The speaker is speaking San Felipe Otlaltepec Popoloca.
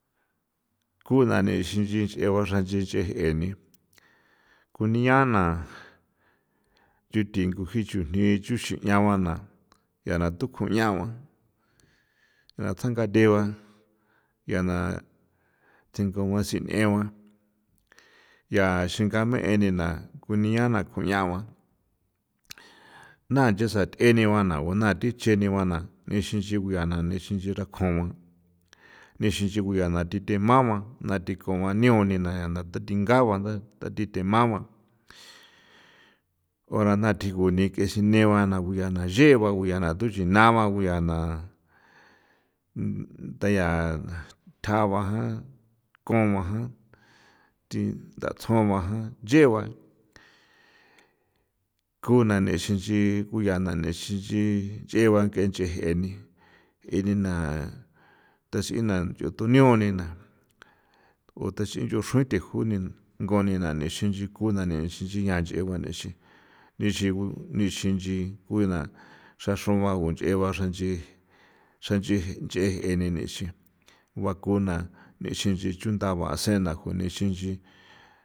Kuna ne xin nchi ncheba xran nchichjen jeni kunia na yuu thi ngo jii chujni chuxinabana ncha na tu kuñaguan ja'a tsjanga teba ncha na thingo guasineguan ncha xinga mee ni na kunia na kuñagua, naa nche sate ni ba na thi cheniba nixin nchi ko nixin nchi rakoguan nixinchin ku ya ni the magua dikua niiuni nchana tathingauba tathi temagua ora nda tsji thejo ni ke sine ba nchana nchegua nchana thuchinagua theyaa nagua ja kuaja thi ndatsjua ja nchegua kju nanexin nchi kuyia nanexinchi ncheba ke nche je nina tasina yuu thuñau ni na u thixi ruxruthje ni juuni nguna ne ixin mexinxin inaa nche ba nixin nchi gu xraxruan uncheba xranchi xanchi jeni ni bakuna xi nchechunda guasena junixin nchi.